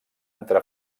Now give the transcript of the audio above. entrà